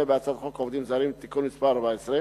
בהצעת חוק עובדים זרים (תיקון מס' 14)